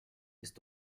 ist